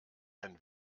ein